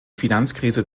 finanzkrise